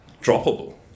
droppable